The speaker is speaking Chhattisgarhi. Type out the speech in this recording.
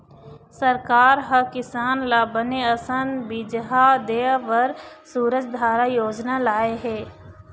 सरकार ह किसान ल बने असन बिजहा देय बर सूरजधारा योजना लाय हे